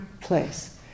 place